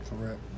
Correct